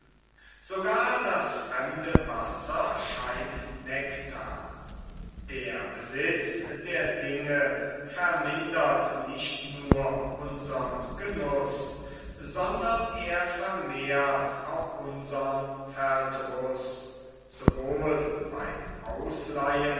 sogar das fremde wasser scheint nektar der besitz der dinge vermindert nicht nur unsern genuß sondern er vermehrt auch unsern verdruß sowohl beim ausleihen